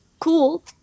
cool